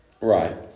Right